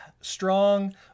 strong